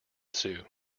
sue